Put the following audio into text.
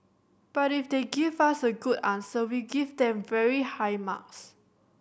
but if they give us a good answer we give them very high marks